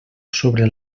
sobre